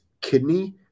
kidney